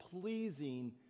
pleasing